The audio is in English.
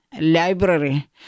library